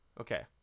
Okay